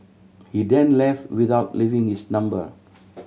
he then left without leaving his number